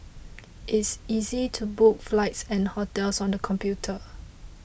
it's easy to book flights and hotels on the computer